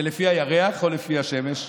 זה לפי הירח או לפי השמש?